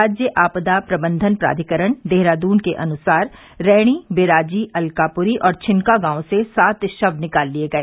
राज्य आपदा प्रबंधन प्राधिकरण देहरादून के अनुसार रैणी बिराजी अलकापुरी और छिनका गांवों से सात शव निकाल लिए गए